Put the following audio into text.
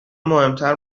مهمتر